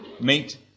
Meet